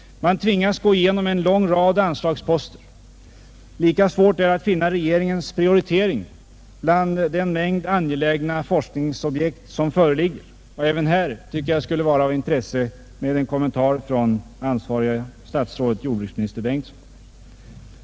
Man tvingas gå igenom en lång rad anslagsposter. Lika svårt är det att finna regeringens prioritering bland den mängd angelägna forskningsobjekt som föreligger. Även här skulle det vara av intresse med en kommentar från det ansvariga statsrådet, jordbruksminister Bengtsson.